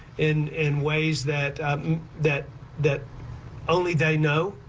in in ways that that that only they know.